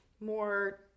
more